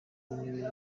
w’intebe